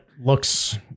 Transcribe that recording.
looks